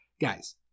Guys